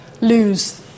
lose